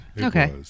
Okay